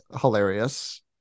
hilarious